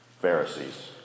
Pharisees